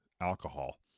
alcohol